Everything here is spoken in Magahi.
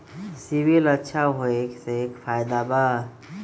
सिबिल अच्छा होऐ से का फायदा बा?